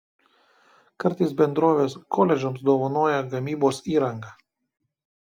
kartais bendrovės koledžams dovanoja gamybos įrangą